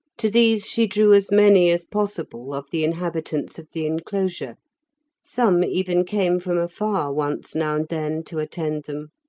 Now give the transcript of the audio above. to these she drew as many as possible of the inhabitants of the enclosure some even came from afar once now and then to attend them.